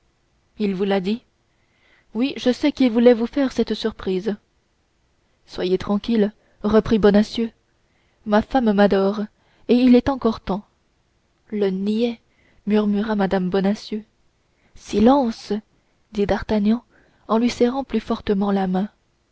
il vous l'a dit oui je sais qu'il voulait vous faire cette surprise soyez tranquille reprit bonacieux ma femme m'adore et il est encore temps le niais murmura mme bonacieux silence dit d'artagnan en lui serrant plus fortement la main